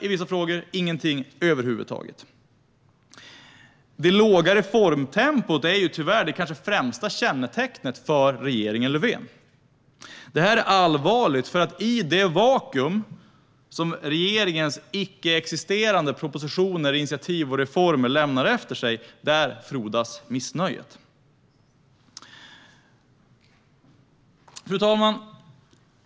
I vissa frågor gör den ingenting över huvud taget. Det låga reformtempot är tyvärr det kanske främsta kännetecknet för regeringen Löfven. Det är allvarligt, för i det vakuum som regeringens icke-existerande propositioner, initiativ och reformer lämnar efter sig frodas missnöjet. Fru talman!